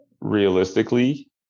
Realistically